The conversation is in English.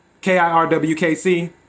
K-I-R-W-K-C